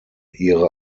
ihre